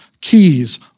keys